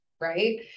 right